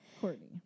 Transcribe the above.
Courtney